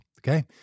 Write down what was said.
Okay